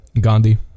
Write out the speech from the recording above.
Gandhi